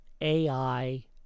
AI